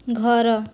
ଘର